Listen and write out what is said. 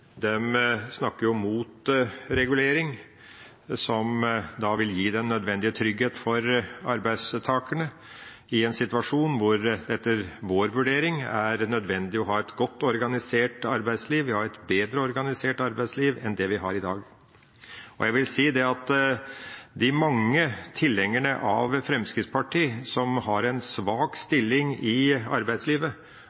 snakker mot regulering, som vil gi den nødvendige trygghet for arbeidstakerne, i en situasjon hvor det etter vår vurdering er nødvendig å ha et godt organisert arbeidsliv, ja et bedre organisert arbeidsliv enn det vi har i dag. Det er mange av tilhengerne av Fremskrittspartiet som har en svak stilling i arbeidslivet.